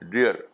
Dear